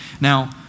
Now